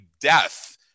death